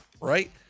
right